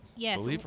Yes